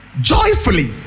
joyfully